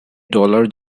dollar